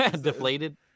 Deflated